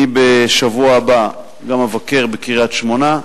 בשבוע הבא אני גם אבקר בקריית-שמונה,